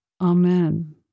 Amen